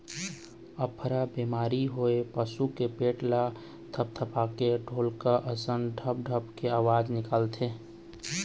अफरा बेमारी होए पसू के पेट ल थपथपाबे त ढोलक असन ढप ढप के अवाज निकलथे